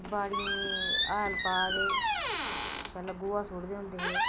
बाड़ियें हैल पा दे पैह्लां गोहा सुटदे होंदे हे